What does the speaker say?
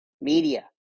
media